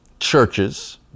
churches